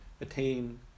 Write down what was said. attain